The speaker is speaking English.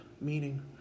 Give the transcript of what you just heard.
meaning